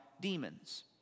demons